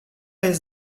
jest